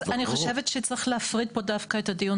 אני חושבת שצריך להפריד פה דווקא את הדיון